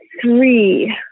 Three